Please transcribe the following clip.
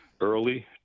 early